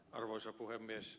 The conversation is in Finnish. arvoisa puhemies